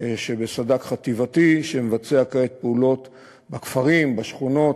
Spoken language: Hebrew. שבסד"כ חטיבתי, שמבצע כעת פעולות בכפרים, בשכונות,